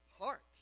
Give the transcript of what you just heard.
heart